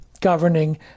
governing